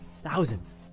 thousands